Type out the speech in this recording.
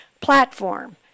platform